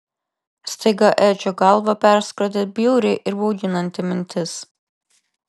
staiga edžio galvą perskrodė bjauri ir bauginanti mintis